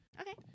Okay